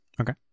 Okay